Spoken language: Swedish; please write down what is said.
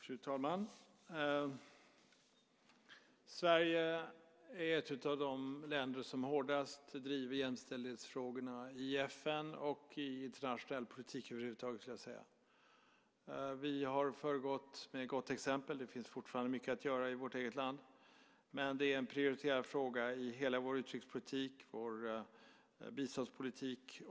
Fru talman! Sverige är ett av de länder som hårdast driver jämställdhetsfrågorna i FN och i internationell politik över huvud taget, skulle jag vilja säga. Vi har föregått med gott exempel. Det finns fortfarande mycket att göra i vårt eget land, men det är en prioriterad fråga i hela vår utrikespolitik och i vår biståndspolitik.